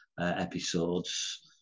episodes